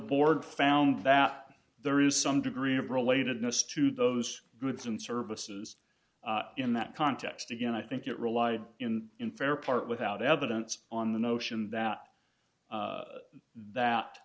board found that there is some degree of related notice to those goods and services in that context again i think it relied in in fair part without evidence on the notion that that th